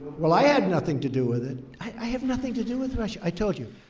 well, i had nothing to do with it. i have nothing to do with russia. i told you,